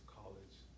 college